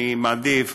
אני מעדיף